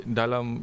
dalam